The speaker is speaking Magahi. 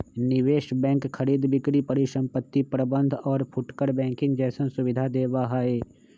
निवेश बैंक खरीद बिक्री परिसंपत्ति प्रबंध और फुटकर बैंकिंग जैसन सुविधा देवा हई